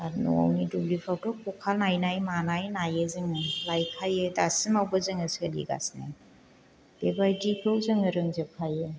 आरो न'आवनि दुब्लिफ्राव ख'खा नायनाय मानाय नायो जाङो लायखायो दासिमावबो जोङो सोलिगासिनो बेबायदिखौ जों रोंजोबखायो